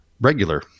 regular